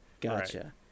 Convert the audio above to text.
gotcha